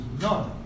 No